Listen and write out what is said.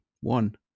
One